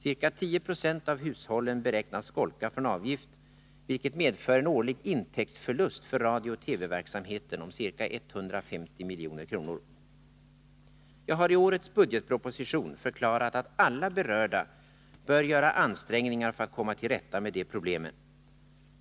Ca 10 96 av hushållen beräknas skolka från avgift, vilket medför en årlig intäktsförlust för radiooch TV-verksamheten om ca 150 milj.kr. Jag har i årets budgetproposition förklarat att alla berörda bör göra ansträngningar för att komma till rätta med de problemen.